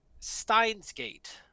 Steinsgate